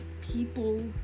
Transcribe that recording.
people